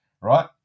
right